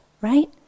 right